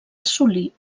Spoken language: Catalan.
assolir